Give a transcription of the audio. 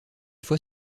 fois